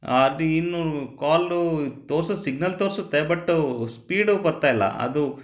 ಅದು ಇನ್ನೂ ಕಾಲು ತೋರಿಸೋ ಸಿಗ್ನಲ್ ತೋರಿಸುತ್ತೆ ಬಟ್ಟು ಸ್ಪೀಡು ಬರ್ತಾ ಇಲ್ಲ ಅದು